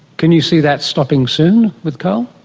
can you see that stopping soon with coal?